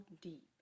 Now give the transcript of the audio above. deep